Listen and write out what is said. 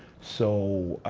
so,